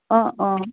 অঁ অঁ